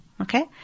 Okay